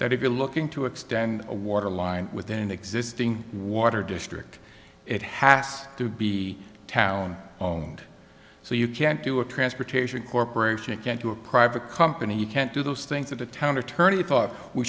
that if you're looking to extend a water line with an existing water district it has to be a town and so you can't do a transportation corporation you can't do a private company you can't do those things at a town